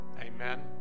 amen